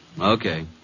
Okay